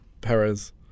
Perez